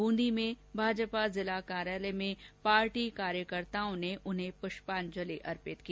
बूंदी में भाजपा जिला कार्यालय में पार्टी कार्यकर्ताओं ने उन्हें प्रष्पांजलि अर्पित की